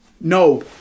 no